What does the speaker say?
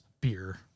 beer